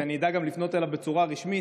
אני אדע לפנות אליו גם בצורה רשמית,